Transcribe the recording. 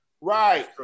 Right